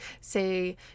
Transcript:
say